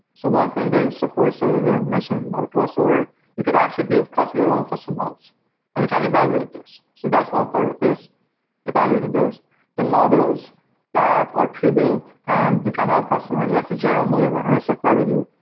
so one thing that is supports that i didn't mention or plus, or you could actually be able to cost your own custom mods and you can evaluate those. so that's one part of this evaluating those the models that are pre-built and you cannot customize, like the general model nsfw,